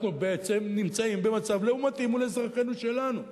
אנחנו בעצם נמצאים במצב לעומתי מול אזרחינו שלנו.